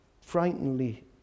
frighteningly